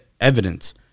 evidence